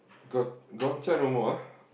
Gong Gong-Cha no more ah